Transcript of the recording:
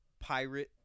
pirate